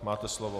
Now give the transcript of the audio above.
Máte slovo.